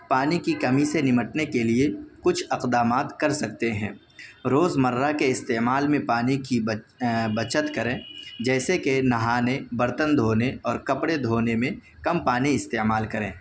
پانی کی کمی سے نمٹنے کے لیے کچھ اقدامات کر سکتے ہیں روز مرہ کے استعمال میں پانی کی بچت کریں جیسے کہ نہانے برتن دھونے اور کپڑے دھونے میں کم پانی استعمال کریں